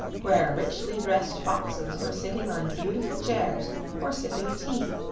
where richly dressed foxes were sitting on beautiful chairs or sipping tea,